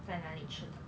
在那里吃的